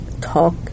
talk